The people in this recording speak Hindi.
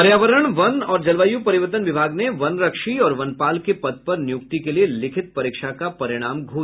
पर्यावरण वन और जलवायु परिवर्तन विभाग ने वनरक्षी और वनपाल के पद पर निय़क्ति के लिए लिखित परीक्षा का परिणाम घोषित कर दिया है